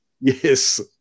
Yes